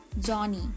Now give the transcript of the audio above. Johnny